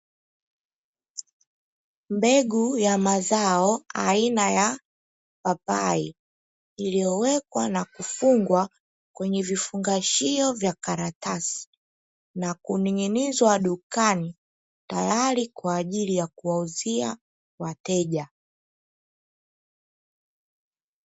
Mbegu ya mazao aina ya papai iliyowekwa na kufungwa kwenye vifungashio vya karatasi, na kuning’inizwa dukani tayari kwa ajili ya kuwauzia wateja.